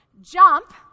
jump